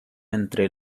entre